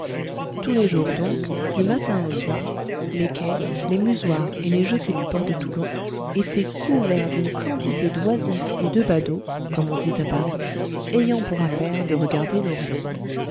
tous les jours donc du matin au soir les quais les musoirs et les jetées du port de toulon étaient couverts d'une quantité d'oisifs et de badauds comme on dit à paris ayant pour affaire de regarder l'orion